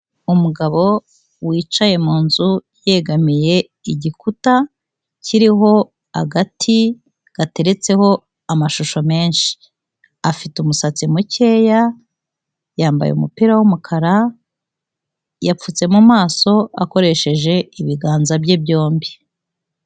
Umugabo wicaye mu nzu yegamiye igikuta, kiriho agati gateretseho amashusho menshi, afite umusatsi mukeya, yambaye umupira w'umukara, yapfutse mu maso akoresheje ibiganza bye byombi.